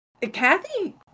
Kathy